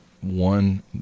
one